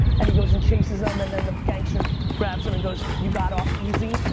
and he goes and chases him, and then the gangster grabs him and goes, you got off easy.